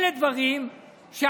אלה דברים שהמדינה,